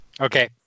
Okay